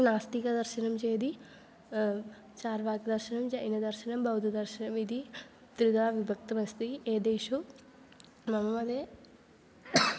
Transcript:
नास्तिकदर्शनं चेति चार्वाकदर्शनं जैनदर्शनं बौद्धं दर्शनम् इति त्रिधा विभक्तमस्ति एतेषु मम मते